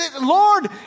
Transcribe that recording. Lord